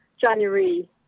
January